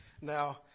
Now